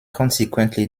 consequently